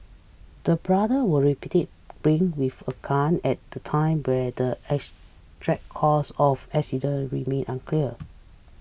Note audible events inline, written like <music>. the brother were reportedly playing with a gun at the time but the <unintelligible> cause of accident remain unclear